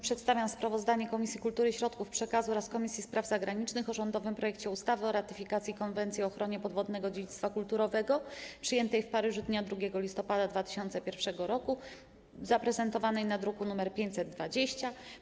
Przedstawiam sprawozdanie Komisji Kultury i Środków Przekazu oraz Komisji Spraw Zagranicznych o rządowym projekcie ustawy o ratyfikacji Konwencji o ochronie podwodnego dziedzictwa kulturowego, przyjętej w Paryżu dnia 2 listopada 2001 r., zaprezentowanej w druku nr 520.